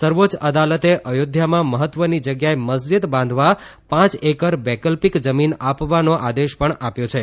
સર્વોચ્ય અદાલતે અયોધ્યામાં મહત્વની જગ્યાએ મસ્જિદ બાંધવા પાંચ એકર વૈકલ્પિક જમીન આપવાનો આદેશ પણ આપ્યો છે